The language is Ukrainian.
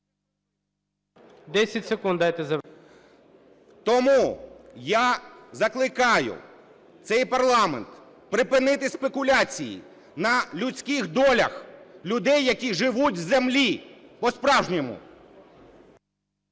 Тому я закликаю цей парламент припинити спекуляції на людських долях людей, які живуть з землі по-справжньому.